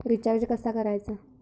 Recharge कसा करायचा?